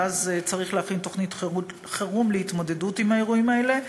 ואז צריך להכין תוכנית חירום להתמודדות עם האירועים האלה.